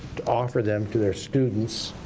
offer them to their students,